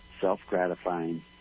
self-gratifying